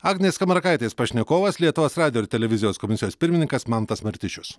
agnės skamarakaitės pašnekovas lietuvos radijo ir televizijos komisijos pirmininkas mantas martišius